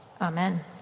Amen